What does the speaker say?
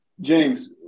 James